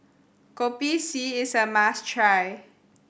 Kopi C is a must try